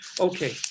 Okay